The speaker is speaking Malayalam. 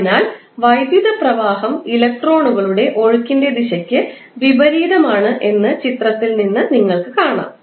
അതിനാൽ വൈദ്യുത പ്രവാഹം ഇലക്ട്രോണുകളുടെ ഒഴുക്കിന്റെ ദിശയ്ക്ക് വിപരീതമാണ് എന്ന് ചിത്രത്തിൽ നിങ്ങൾക്ക് കാണാം